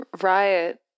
Riot